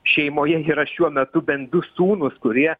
šeimoje yra šiuo metu bent du sūnūs kurie